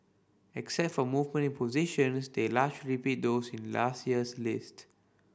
except for movement in positions they largely repeat those in last year's list